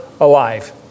alive